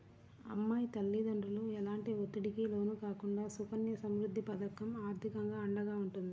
అమ్మాయి తల్లిదండ్రులు ఎలాంటి ఒత్తిడికి లోను కాకుండా సుకన్య సమృద్ధి పథకం ఆర్థికంగా అండగా ఉంటుంది